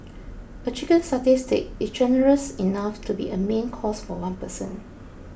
a Chicken Satay Stick is generous enough to be a main course for one person